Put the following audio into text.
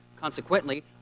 Consequently